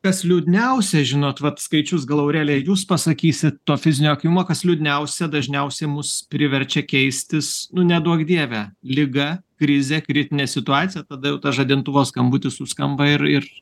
kas liūdniausia žinot vat skaičius gal aurelija jūs pasakysit to fizinio aktyvumo kas liūdniausia dažniausiai mus priverčia keistis nu neduok dieve liga krizė kritinė situacija tada tas žadintuvo skambutis suskamba ir ir